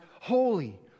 holy